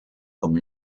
comme